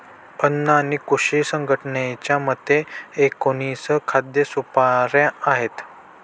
अन्न आणि कृषी संघटनेच्या मते, एकोणीस खाद्य सुपाऱ्या आहेत